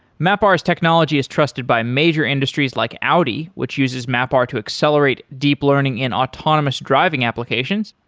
mapr's technology is trusted by major industries like audi, which uses mapr to accelerate deep learning in autonomous driving applications.